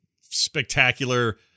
spectacular